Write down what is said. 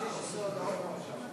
יושב-ראש ועדת הכנסת נתקבלה.